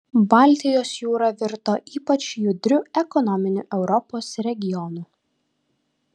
baltijos jūra virto ypač judriu ekonominiu europos regionu